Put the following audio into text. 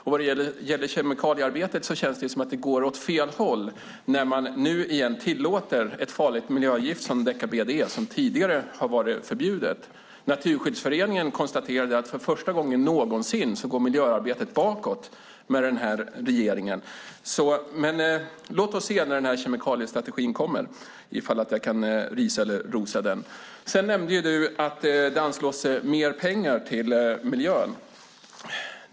När det gäller kemikaliearbetet känns det som om det går åt fel håll när man nu tillåter ett farligt miljögift som deka-BDE som tidigare har varit förbjudet. Naturskyddsföreningen konstaterade att med den här regeringen går miljöarbetet bakåt för första gången någonsin. Låt oss se om jag kan risa eller rosa kemikaliestrategin när den kommer. Anita Brodén nämnde att det anslås mer pengar till miljön.